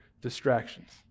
distractions